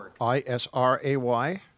I-S-R-A-Y